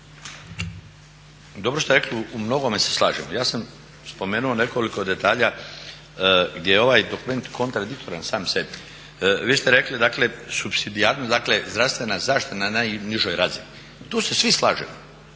Dobro ste rekli u mnogome se slažemo. Ja sam spomenuo nekoliko detalja gdje je ovaj dokument kontradiktoran sam sebi. Vi ste rekli dakle supsidijarnost, dakle zdravstvena zaštitna na najnižoj razini. Tu se svi slažemo,